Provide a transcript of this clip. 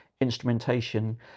instrumentation